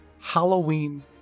Halloween